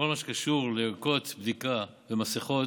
כל מה שקשור לערכות בדיקה, למסכות,